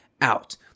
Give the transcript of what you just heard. out